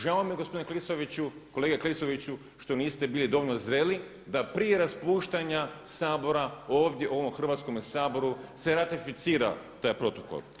Žao mi je gospodine kolega Klisoviću što niste bili dovoljno zreli da prije raspuštanja Sabora ovdje u ovom Hrvatskome saboru se ratificira taj protokol.